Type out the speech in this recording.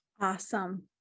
Awesome